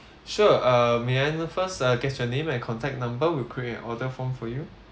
sure uh may I first uh get your name and contact number we'll create an order form for you